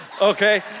Okay